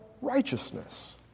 righteousness